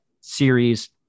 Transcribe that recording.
series